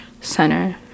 Center